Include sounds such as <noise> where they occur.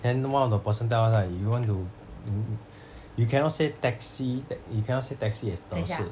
then one of the person tell us like you want to do <noise> you cannot say taxi you cannot say taxi as 德仕